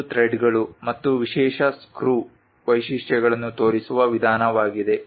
ಇದು ಥ್ರೆಡ್ಗಳು ಮತ್ತು ವಿಶೇಷ ಸ್ಕ್ರೂ ವೈಶಿಷ್ಟ್ಯಗಳನ್ನು ತೋರಿಸುವ ವಿಧಾನವಾಗಿದೆ